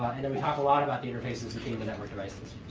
and then we talk a lot about the interfaces between the network devices.